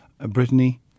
Brittany